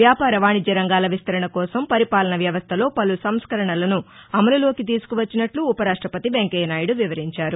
వ్యాపార వాణిజ్య రంగాల విస్తరణ కోసం పరిపాలన వ్యవస్థలో పలు సంస్కరణలను అమలులోకి తీసుకువచ్చినట్లు ఉపరాష్టపతి వెంకయ్య నాయుడు వివరించారు